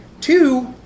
Two